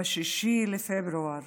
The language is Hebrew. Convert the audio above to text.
ב-6 בפברואר